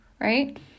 right